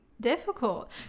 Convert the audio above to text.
difficult